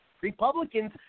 Republicans